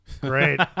Great